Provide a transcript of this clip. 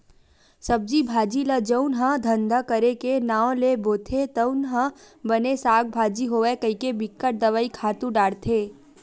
सब्जी भाजी ल जउन ह धंधा करे के नांव ले बोथे तउन ह बने साग भाजी होवय कहिके बिकट दवई, खातू डारथे